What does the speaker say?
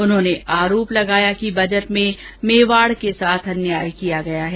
उन्होंने आरोप लगाया कि बजट में मेवाड़ के साथ अन्याय किया गया है